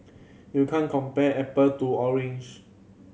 you can't compare apple to orange